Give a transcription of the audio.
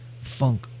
funk